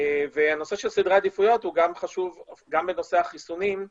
והנושא של סדרי עדיפויות גם חשוב גם בנושא החיסונים,